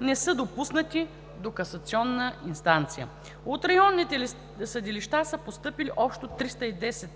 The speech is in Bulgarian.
не са допуснати до касационна инстанция. От районните съдилища са постъпили общо 310 акта